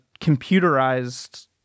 computerized